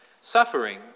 Suffering